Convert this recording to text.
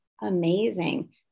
amazing